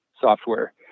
software